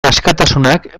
askatasunak